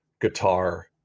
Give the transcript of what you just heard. guitar